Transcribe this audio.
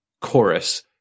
chorus